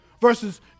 versus